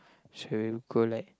shall we go like